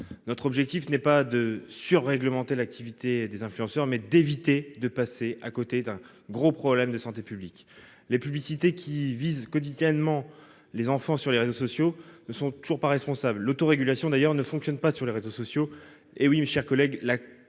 Notre objectif n'est pas de surréglementer l'activité des influenceurs, mais d'éviter de passer à côté d'un gros problème de santé publique. Les publicités qui visent quotidiennement les enfants sur les réseaux sociaux ne sont toujours pas responsables. L'autorégulation, d'ailleurs, ne fonctionne pas sur les réseaux sociaux. Eh oui, mes chers collègues,